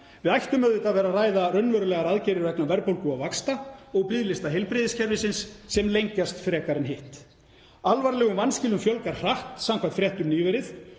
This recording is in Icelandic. Við ættum auðvitað að vera að ræða raunverulegar aðgerðir vegna verðbólgu og vaxta og biðlista heilbrigðiskerfisins sem lengjast frekar en hitt. Alvarlegum vanskilum fjölgar hratt samkvæmt fréttum nýverið